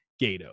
Gato